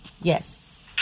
Yes